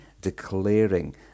Declaring